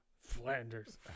Flanders